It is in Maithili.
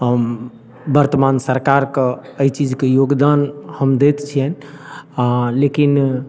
वर्तमान सरकारके अइ चीजके योगदान हम दैत छियनि आओर लेकिन